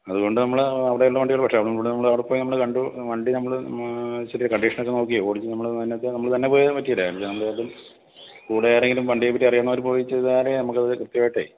അതു കൊണ്ട് നമ്മൾ അവിടെയുള്ള വണ്ടികളും പക്ഷേ ഇവിടെ നമ്മൾ അവിടെ പോയി നമ്മൾ കണ്ടു വണ്ടി നമ്മൾ ചെറിയ കണ്ടീഷനൊക്കെ നോക്കി ഓടിച്ച് നമ്മൾ തന്നെ പോയാൽ പറ്റുകയില്ല നമ്മൾ കൂടി ആരെങ്കിലും വണ്ടിയെപ്പറ്റി അറിയാവുന്നവർ പോയി ചെയ്താലെ നമുക്കത് കൃത്യമായിട്ട്